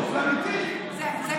זו לא בדיחה, אדוני היושב-ראש, זה אמיתי.